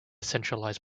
centralized